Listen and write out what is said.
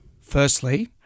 firstly